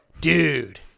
Dude